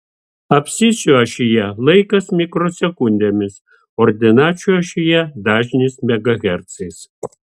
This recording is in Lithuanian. abscisių ašyje laikas mikrosekundėmis ordinačių ašyje dažnis megahercais